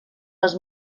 les